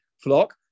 flock